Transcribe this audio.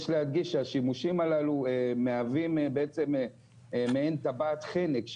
יש להדגיש שהשימושים הללו מהווים בעצם מעין טבעת חנק,